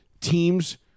teams